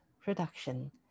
production